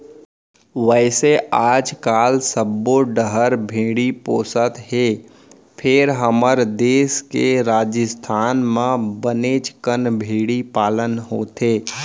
वैसे आजकाल सब्बो डहर भेड़ी पोसत हें फेर हमर देस के राजिस्थान म बनेच कन भेड़ी पालन होथे